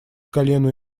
колену